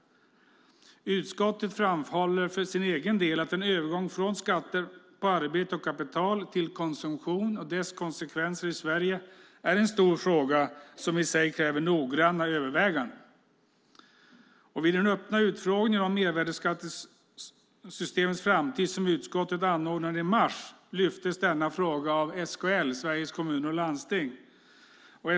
Utskottet framhåller för sin del att "en övergång från skatter på arbete och kapital till konsumtion och dess konsekvenser i Sverige är en stor fråga som i sig kräver noggranna överväganden". Vid den öppna utfrågning om mervärdesskattesystemets framtid som utskottet anordnade i mars lyftes denna fråga fram av Sveriges Kommuner och Landsting, SKL.